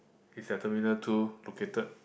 she's at terminal two located